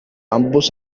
ambos